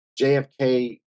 JFK